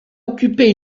occupé